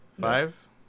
Five